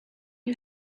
you